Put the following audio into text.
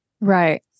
right